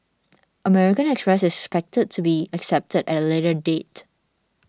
American Express is expected to be accepted at a later date